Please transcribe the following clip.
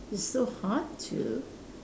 it still hard to